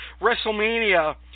WrestleMania